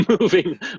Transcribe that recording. moving